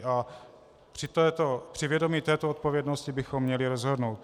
A při vědomí této odpovědnosti bychom měli rozhodnout.